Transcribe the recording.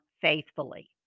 faithfully